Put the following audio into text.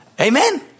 amen